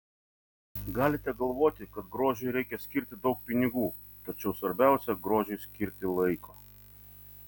galite galvoti kad grožiui reikia skirti daug pinigų tačiau svarbiausia grožiui skirti laiko